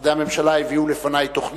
משרדי הממשלה הביאו לפני תוכנית.